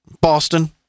Boston